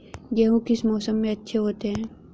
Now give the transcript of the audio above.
गेहूँ किस मौसम में अच्छे होते हैं?